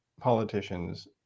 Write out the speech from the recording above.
politicians